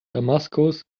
damaskus